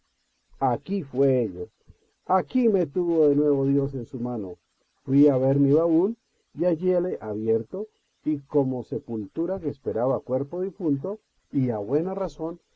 aquí fue ello aquí me tuvo de nuevo dios de su mano fui a ver mi baúl y halléle abierto y como sepultura que esperaba cuerpo difunto y a buena razón